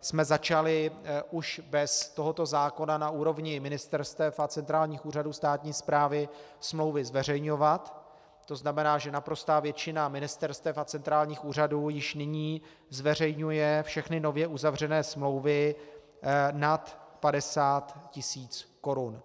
jsme začali už bez tohoto zákona na úrovni ministerstev a centrálních úřadů státní správy smlouvy zveřejňovat, tzn. že naprostá většina ministerstev a centrálních úřadů už nyní zveřejňuje všechny nově uzavřené smlouvy nad 50 tisíc korun.